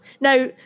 Now